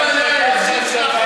אם הם לא היו עושים צבא,